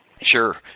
Sure